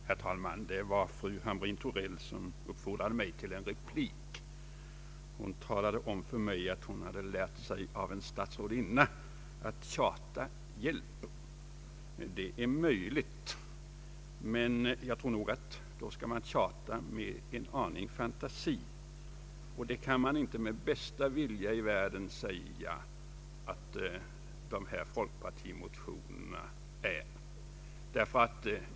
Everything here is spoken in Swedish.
Herr talman! Det var fru Hamrin "Thorell som uppfordrade mig till en replik. Hon talade om för mig att hon hade lärt sig av en statsrådinna att tjata hjälper. Det är möjligt, men jag tror nog att man då skall tjata med en aning fantasi, och det kan man inte med bästa vilja i världen säga att de här folkpartimotionärerna gör.